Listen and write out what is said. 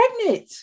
pregnant